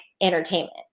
entertainment